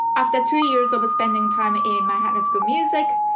after two years of spending time in my hands, good music.